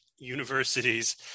universities